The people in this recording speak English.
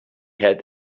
had